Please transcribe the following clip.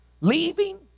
leaving